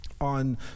on